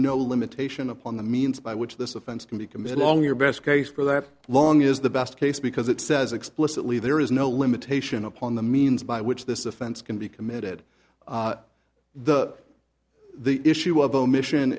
no limitation upon the means by which this offense can be committed long your best case for that long is the best case because it says explicitly there is no limitation upon the means by which this offense can be committed the the issue of omission